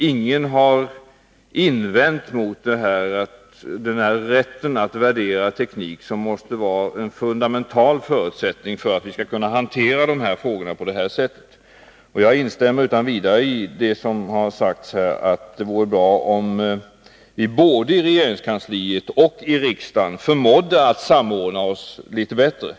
Ingen har invänt mot rätten att värdera teknik, som måste vara en fundamental förutsättning för att vi skall kunna hantera datafrågorna politiskt. Jag instämmer utan vidare i det som har sagts om att det vore bra om vi både i regeringskansliet och i riksdagen förmådde att samordna oss ännu bättre.